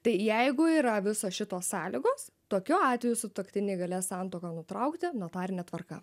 tai jeigu yra visos šitos sąlygos tokiu atveju sutuoktiniai galės santuoką nutraukti notarine tvarka